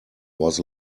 was